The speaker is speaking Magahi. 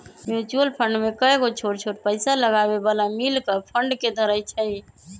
म्यूचुअल फंड में कयगो छोट छोट पइसा लगाबे बला मिल कऽ फंड के धरइ छइ